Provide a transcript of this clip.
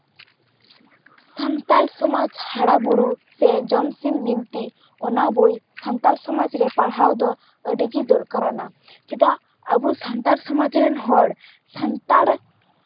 ᱥᱟᱱᱛᱟᱲ ᱥᱚᱢᱟᱡᱽ ᱦᱟᱨᱟᱵᱩᱨᱩ ᱥᱮ ᱡᱚᱢᱥᱤᱢ ᱵᱤᱱᱛᱤ ᱚᱱᱟ ᱵᱳᱭ ᱥᱟᱱᱛᱟᱲ ᱥᱚᱢᱟᱡᱽ ᱨᱮ ᱯᱟᱲᱦᱟᱣ ᱫᱚ ᱟᱹᱰᱤ ᱜᱮ ᱫᱚᱨᱠᱟᱨ ᱠᱟᱱᱟ ᱪᱮᱫᱟᱜ ᱟᱵᱚ ᱥᱟᱱᱛᱟᱲ ᱥᱚᱢᱟᱡᱽ ᱨᱮᱱ ᱦᱚᱲ ᱥᱟᱱᱛᱟᱲ